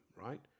right